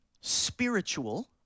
spiritual